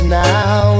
now